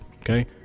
Okay